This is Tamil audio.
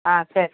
ஆ சரி